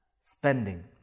spending